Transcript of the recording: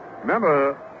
Remember